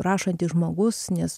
rašantis žmogus nes